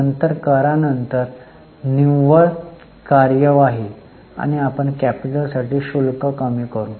तर करानंतर निव्वळ कार्यवाही आणि आपण कॅपिटलसाठी शुल्क कमी करू